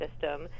system